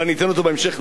ואני אתן אותו בהמשך,